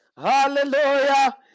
Hallelujah